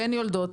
והן יולדות,